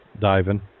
diving